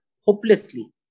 hopelessly